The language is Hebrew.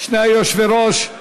שני היושבי-ראש,